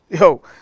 yo